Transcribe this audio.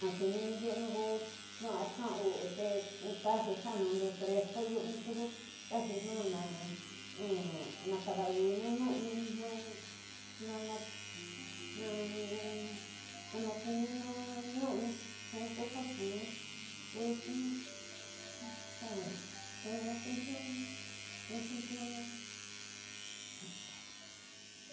Nakininu yu'unu ku dua ñna ñu te xaxi xa ñandu fresku yuñunu fuku, xaxi ñu ñi hakda wiñinu ñuñunu xa nakininu ñuñunu nxu ku xaku, to xa nxu xentiunu, nxu xentiunu.